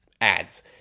ads